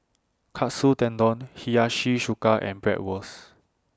Katsu Tendon Hiyashi Chuka and Bratwurst